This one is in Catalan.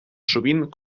sovint